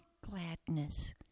gladness